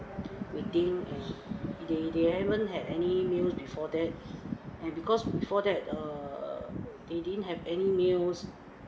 waiting and they they haven't had any meal before that and because before that err they didn't have any meals